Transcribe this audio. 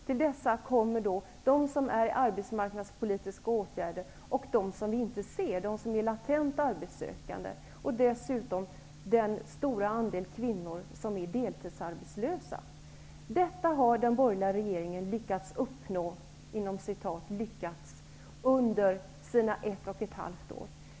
Till detta kommer de som befinner sig i arbetsmarknadspolitiska åtgärder och de som vi inte ser, de som är latent arbetssökande. Dessutom finns det en stor andel kvinnor som är deltidsarbetslösa. Detta har den borgerliga regeringen ''lyckats uppnå'' under sina ett och ett halvt år.